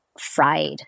fried